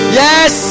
yes